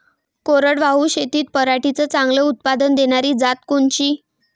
कोरडवाहू शेतीत पराटीचं चांगलं उत्पादन देनारी जात कोनची?